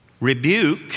Rebuke